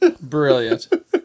Brilliant